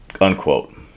Unquote